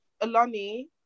Alani